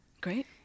Great